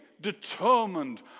determined